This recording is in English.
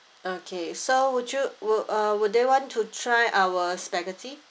okay so would you would uh would they want to try our spaghetti